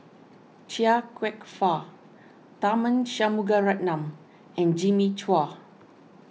Chia Kwek Fah Tharman Shanmugaratnam and Jimmy Chua